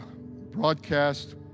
broadcast